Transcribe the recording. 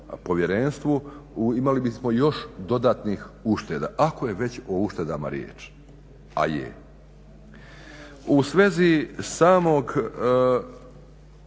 povjerenstvu imali bismo još dodatnih ušteda. Ako je već o uštedama riječ, a je. U svezi samog